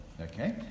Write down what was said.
Okay